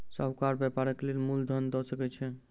साहूकार व्यापारक लेल मूल धन दअ सकै छै